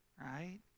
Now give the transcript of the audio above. right